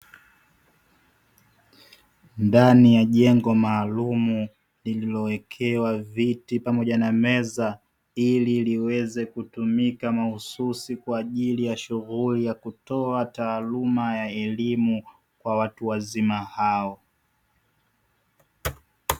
Ndani ya jengo maalumu lililowekewa viti pamoja na meza, ili liweze kutumika mahususi kwa ajili ya shughuli ya kutoa taaluma ya elimu kwa watu wazima hao.